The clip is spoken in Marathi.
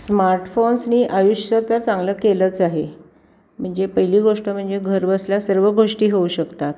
स्मार्टफोन्सनी आयुष्य तर चांगलं केलंच आहे म्हणजे पहिली गोष्ट म्हणजे घर बसल्या सर्व गोष्टी होऊ शकतात